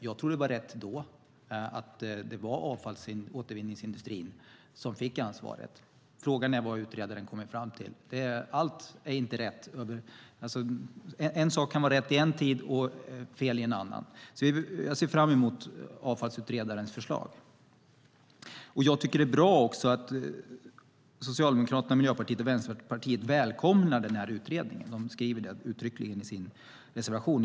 Jag tror att det var rätt då att det var återvinningsindustrin som fick ansvaret. Frågan är vad utredaren kommer fram till. En sak kan vara rätt i en tid och fel i en annan. Jag ser fram emot avfallsutredarens förslag. Jag tycker att det är bra att Socialdemokraterna, Miljöpartiet och Vänsterpartiet välkomnar utredningen. Det skriver de uttryckligen i sin reservation.